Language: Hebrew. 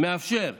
האוצר מאפשר,